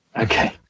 okay